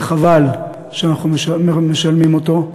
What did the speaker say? וחבל שאנחנו משלמים אותו.